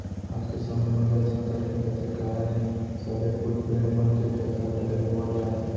आज के समे म जल संकट के कतेक कारन हे सबे कोइत पेड़ मन के कतका कटई होवत जात हे